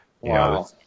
Wow